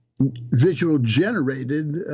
visual-generated